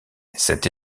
cette